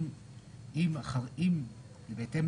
אם בהתאם